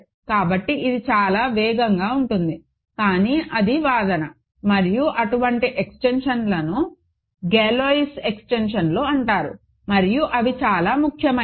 కాబట్టి ఇది చాలా వేగంగా ఉంటుంది కానీ అది వాదన మరియు అటువంటి ఎక్స్టెన్షన్లను గాలోయిస్ ఎక్స్టెన్షన్లు అంటారు మరియు అవి చాలా ముఖ్యమైనవి